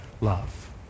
love